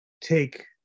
take